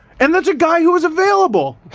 and that's a guy who was available.